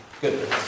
Good